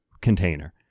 container